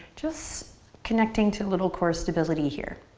just connecting to little core stability here.